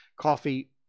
coffee